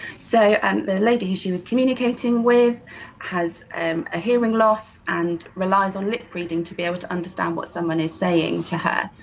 so, and the lady who she was communicating with has a hearing loss and relies on lip reading to be able to understand what someone is saying to her.